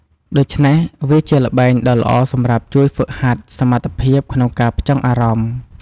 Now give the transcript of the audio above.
ដូច្នេះ វាជាល្បែងដ៏ល្អសម្រាប់ជួយហ្វឹកហាត់សមត្ថភាពក្នុងការផ្ចង់អារម្មណ៍។